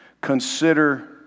Consider